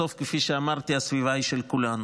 בסוף, כפי שאמרתי, הסביבה היא של כולנו.